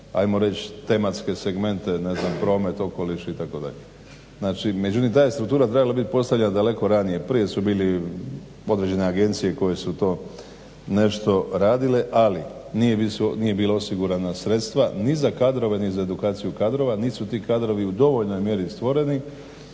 hajmo reći tematske segmente ne znam promet, okoliš itd. Znači, ta je struktura trebala bit postavljena daleko ranije. Prije su bili određene agencije koje su to nešto radile, ali nije bilo osigurana sredstva ni za kadrove, ni za edukaciju kadrova, nit su ti kadrovi u dovoljnoj mjeri stvoreni,